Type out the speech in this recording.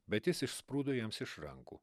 bet jis išsprūdo jiems iš rankų